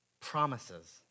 promises